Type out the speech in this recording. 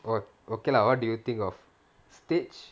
orh okay lah what do you think of stage